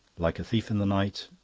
like a thief in the night.